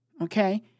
okay